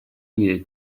mille